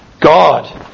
God